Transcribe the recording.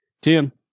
Tim